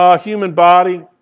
ah human body,